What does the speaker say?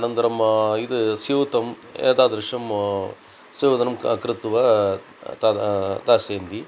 अनन्तरम् इद् स्यूतं एतादृशं सिवदनं क कृत्वा तद् दास्यन्ति